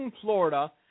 Florida